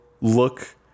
look